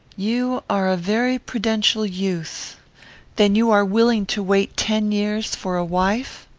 you are a very prudential youth then you are willing to wait ten years for a wife?